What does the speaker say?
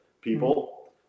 people